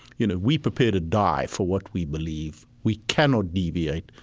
you know, we prepare to die for what we believe. we cannot deviate.